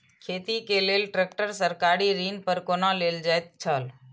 खेती के लेल ट्रेक्टर सरकारी ऋण पर कोना लेल जायत छल?